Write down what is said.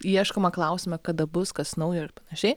ieškoma klausime kada bus kas naujo ir panašiai